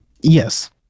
Yes